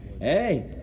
Hey